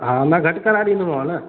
हा न घटि कराए ॾींदोमांव न